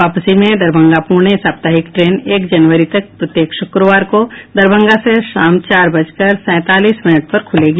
वापसी में दरभंगा पुणे साप्ताहिक ट्रेन एक जनवरी तक प्रत्येक शुक्रवार को दरभंगा से शाम चार बजकर सैंतालीस मिनट पर खुलेगी